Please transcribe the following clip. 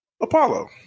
Apollo